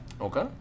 Okay